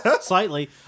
slightly